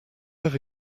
ever